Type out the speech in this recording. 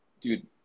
dude